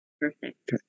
Perfect